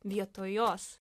vietoj jos